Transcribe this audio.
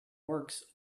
works